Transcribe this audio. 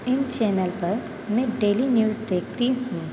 इन channel पर मैं daily news देखती हूँ